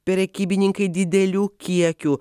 prekybininkai didelių kiekių